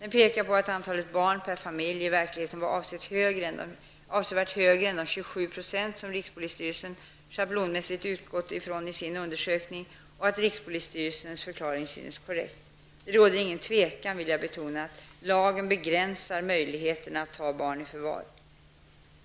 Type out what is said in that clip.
Denna pekar på att antalet barn per familj i verkligheten var avsevärt högre än de 27 % som rikspolisstyrelsen schablonmässigt utgått från i sin undersökning och att rikspolisstyrelsens förklaring synes korrekt. Det råder ingen tvekan, vill jag betona, om att lagen begränsar möjligheterna att ta barn i förvar.